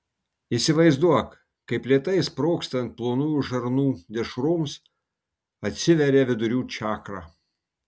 įsivaizduok kaip lėtai sprogstant plonųjų žarnų dešroms atsiveria vidurių čakra